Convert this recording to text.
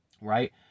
right